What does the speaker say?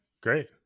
great